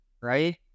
right